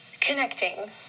Connecting